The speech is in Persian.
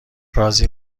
رازی